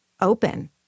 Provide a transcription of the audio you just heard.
open